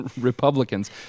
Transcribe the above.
Republicans